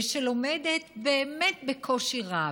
ושלומדת באמת בקושי רב,